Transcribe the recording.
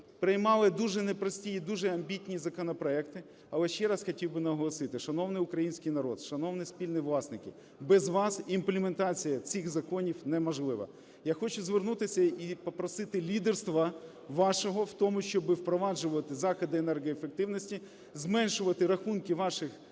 приймали дуже непрості і дуже амбітні законопроекти. Але ще раз хотів би наголосити, шановний український народ, шановні спільні власники, без вас імплементація цих законів неможлива. Я хочу звернутися і попросити лідерства вашого в тому, щоби впроваджувати заходи енергоефективності, зменшувати рахунки ваших